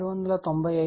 6 j 278